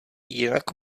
jinak